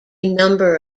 number